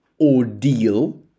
ordeal